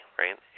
right